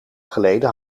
geleden